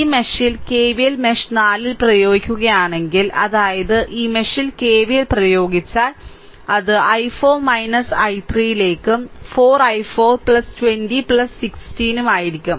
ഈ മെഷിൽ KVL mesh 4 ൽ പ്രയോഗിക്കുകയാണെങ്കിൽ അതായത് ഈ മെഷിൽ കെവിഎൽ പ്രയോഗിച്ചാൽ അത് i4 I3 ലേക്ക് 4 i4 20 16 ആയിരിക്കും